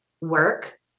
work